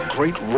Great